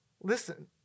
Listen